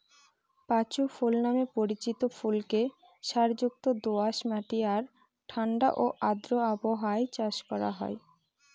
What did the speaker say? পাঁচু ফুল নামে পরিচিত ফুলকে সারযুক্ত দোআঁশ মাটি আর ঠাণ্ডা ও আর্দ্র আবহাওয়ায় চাষ করা হয়